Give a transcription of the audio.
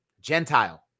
Gentile